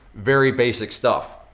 very basic stuff.